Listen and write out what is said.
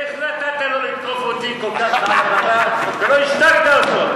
איך נתת לו לתקוף אותי פה ככה על הבמה ולא השתקת אותו?